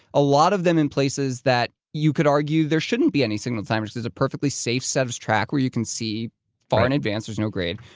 a lot of them in places that you could argue there shouldn't be any signal timers. there's a perfectly safe set of track where you can see far in advance, there's no grade,